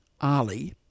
Ali